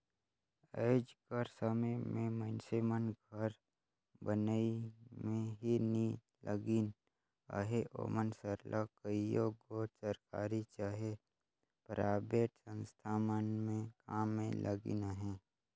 आएज कर समे में मइनसे मन घर बनई में ही नी लगिन अहें ओमन सरलग कइयो गोट सरकारी चहे पराइबेट संस्था मन में काम में लगिन अहें